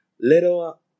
Little